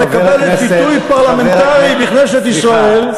שמקבלת ביטוי פרלמנטרי בכנסת ישראל,